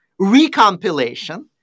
recompilation